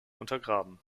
untergraben